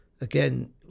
again